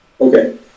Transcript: Okay